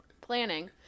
planning